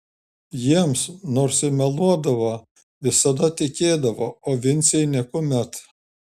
jiems nors ir meluodavo visada tikėdavo o vincei niekuomet